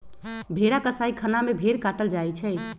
भेड़ा कसाइ खना में भेड़ काटल जाइ छइ